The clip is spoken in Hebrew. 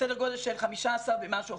לסדר גודל של 15% ומשהו.